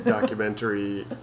documentary